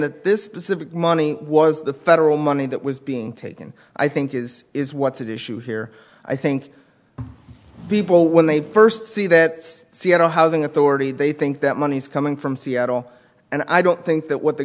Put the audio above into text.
this money was the federal money that was being taken i think is is what's at issue here i think people when they first see that seattle housing authority they think that money is coming from seattle and i don't think that what the